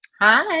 Hi